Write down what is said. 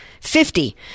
Fifty